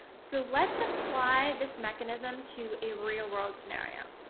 so, let's apply this mechanism to a real-world scenario.